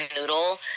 noodle